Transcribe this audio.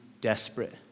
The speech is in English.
desperate